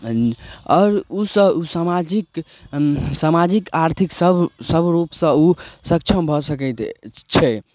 आओर ओ सब सामाजिक सामाजिक आर्थिक सब सब रूप सऽ ओ सक्षम भऽ सकैत छै